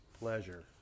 pleasure